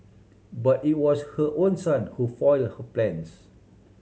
but it was her own son who foiled her plans